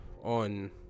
on